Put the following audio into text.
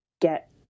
get